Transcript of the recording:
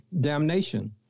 damnation